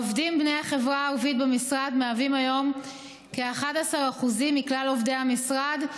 העובדים בני החברה הערבית במשרד מהווים היום כ-11% מכלל עובדי המשרד,